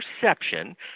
perception